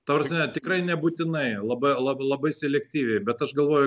ta prasme tikrai nebūtinai labai lab labai selektyviai bet aš galvoju